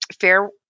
fair